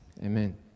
Amen